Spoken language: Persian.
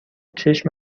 چشم